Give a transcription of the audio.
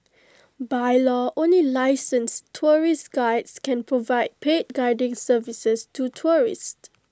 by law only licensed tourist Guides can provide paid guiding services to tourists